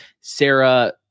Sarah